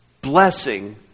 blessing